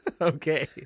Okay